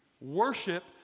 Worship